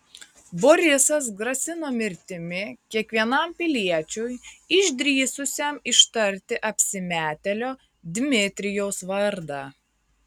borisas grasino mirtimi kiekvienam piliečiui išdrįsusiam ištarti apsimetėlio dmitrijaus vardą